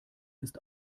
ist